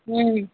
হুম